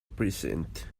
precinct